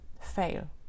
fail